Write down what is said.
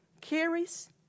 carries